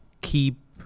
keep